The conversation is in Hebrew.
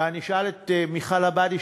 ואני אשאל את מיכל עבאדי,